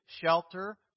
shelter